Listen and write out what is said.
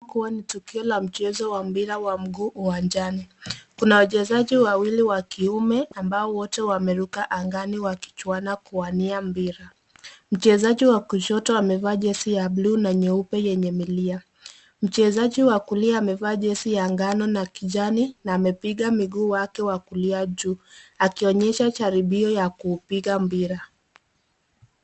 Kua ni tukio la mchezo wa mpira wa mguu uwanjani, kuna wachezaji wawili wa kiume ambao wote wameruka angani wakichukuana kuania mpira. Mchezaji wa kushoto amevaa jesi ya buluu na nyeupe yenye milia, mchezaji wa kulia amevaa jesi la ngano na kijani na amepiga mguu wake wa kulia juu akionyesha jaribio ya kupiga mpira.